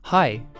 Hi